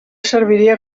serviria